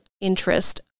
interest